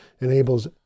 enables